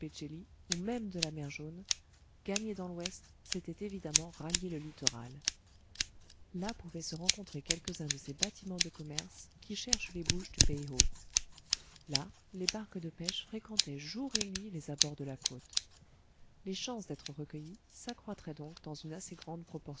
ou même de la mer jaune gagner dans l'ouest c'était évidemment rallier le littoral là pouvaient se rencontrer quelques-uns de ces bâtiments de commerce qui cherchent les bouches du péï ho là les barques de pêche fréquentaient jour et nuit les abords de la côte les chances d'être recueillis s'accroîtraient donc dans une assez grande